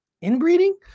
Inbreeding